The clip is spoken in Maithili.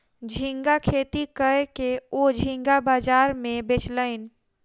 झींगा खेती कय के ओ झींगा बाजार में बेचलैन